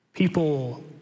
People